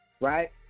right